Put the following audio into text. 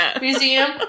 museum